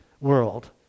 world